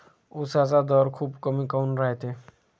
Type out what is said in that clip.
उसाचा दर खूप कमी काऊन रायते?